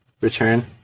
Return